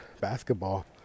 basketball